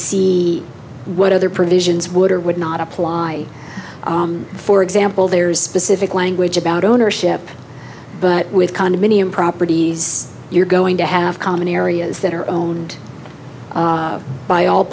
see what other provisions would or would not apply for example there's specific language about ownership but with condominium properties you're going to have common areas that are owned by all